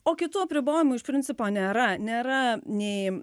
o kitų apribojimų iš principo nėra nėra nei